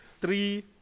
Three